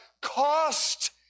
cost